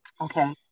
Okay